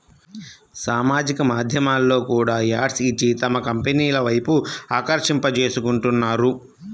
సామాజిక మాధ్యమాల్లో కూడా యాడ్స్ ఇచ్చి తమ కంపెనీల వైపు ఆకర్షింపజేసుకుంటున్నారు